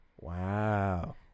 Wow